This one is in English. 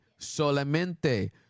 solamente